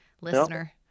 listener